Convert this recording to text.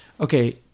okay